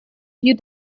you